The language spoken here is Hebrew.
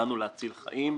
באנו להציל חיים,